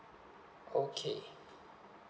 okay